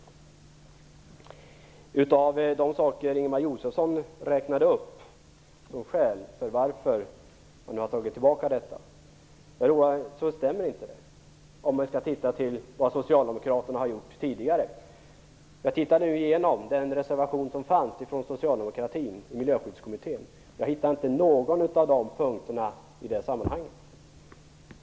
Många av de saker som Ingemar Josefsson räknade upp som skäl till att man dragit tillbaka förslaget stämmer inte riktigt med tanke på vad socialdemokraterna har gjort tidigare. Jag tittade igenom den reservation som fanns från socialdemokratin i Miljöskyddskommittén. Jag hittade inte någon av punkterna där.